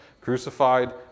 crucified